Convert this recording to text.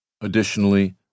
Additionally